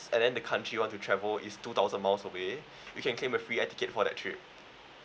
and then the country you want to travel is two thousand miles away you can claim a free air ticket for that trip